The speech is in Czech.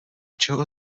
čeho